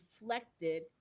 reflected